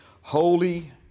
holy